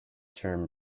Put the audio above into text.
term